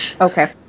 Okay